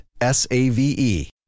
S-A-V-E